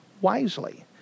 wisely